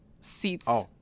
seats